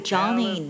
Johnny